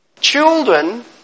Children